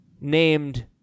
named